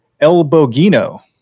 ElBogino